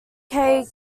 kay